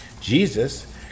Jesus